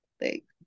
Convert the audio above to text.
Thanks